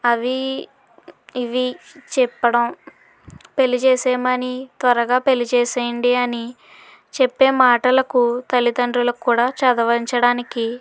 అవి ఇవి చెప్పడం పెళ్ళి చేసేయమని త్వరగా పెళ్ళి చేసేయండి అని చెప్పే మాటలకు తల్లితండ్రులకు కూడా చదవించడానికి